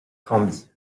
granby